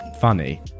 funny